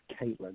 Caitlin